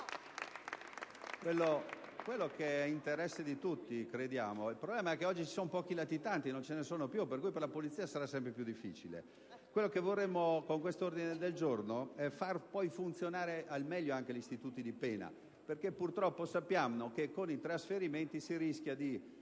cosa che è interesse di tutti, crediamo. Il problema è che oggi ci sono pochi latitanti, non ce ne sono più, per cui per la polizia sarà sempre più difficile. Quello che vorremmo, poi, con questo ordine del giorno è di far funzionare al meglio gli istituti di pena, perché purtroppo sappiamo che con i trasferimenti si rischia di